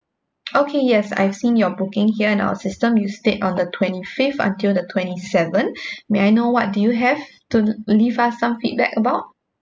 okay yes I've seen your booking here in our system you stayed on the twenty fifth until the twenty seven may I know what do you have to leave us some feedback about